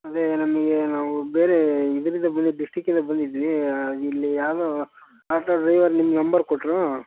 ಅದೇ ನಮಗೆ ನಾವು ಬೇರೇ ಇದರಿಂದ ಬಂದಿದ್ದು ಡಿಸ್ಟಿಕ್ಕಿಂದ ಬಂದಿದ್ವೀ ಇಲ್ಲಿ ಯಾರೋ ಆಟೋ ಡ್ರೈವರ್ ನಿಮ್ಮ ನಂಬರ್ ಕೊಟ್ಟರು